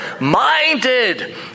minded